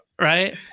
right